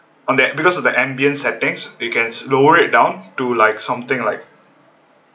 on that because of the ambience settings they can lower it down to like something like